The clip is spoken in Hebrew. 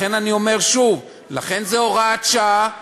לכן זו הוראת שעה,